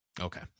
Okay